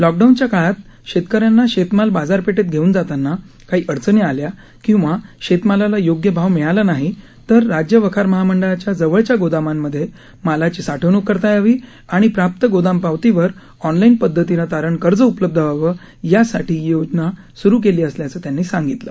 लॉकडाऊनच्या काळात शेतकऱ्यांना शेतमाल बाजारपेठेत घेऊन जाताना काही अडचणी आल्या किंवा शेतमालाला योग्य भाव मिळाला नाही तर राज्य वखार महामंडळाच्या जवळच्या गोदामांमध्ये मालाची साठवणूक करता यावी आणि प्राप्त गोदाम पावतीवर ऑनलाईन पद्धतीनं तारण कर्ज उपलब्ध व्हावं यासाठी ही योजना सुरु केली असल्याचं त्यांनी सांगितलं